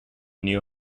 new